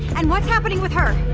and what's happening with her?